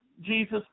Jesus